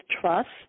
trust